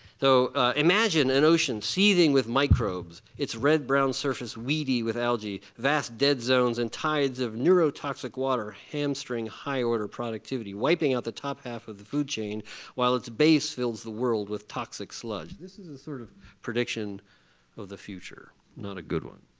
so imagine an ocean seething with microbes, its red-brown surface weedy with algae. vast dead zones and tides of neurotoxic water hamstring high-order productivity, wiping out the top half of the food chain while its base fills the world with toxic sludge. this is a sort of prediction of the future, not a good one.